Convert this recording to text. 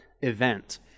event